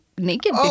naked